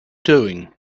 doing